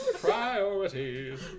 Priorities